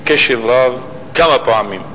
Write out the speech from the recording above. בקשב רב, כמה פעמים,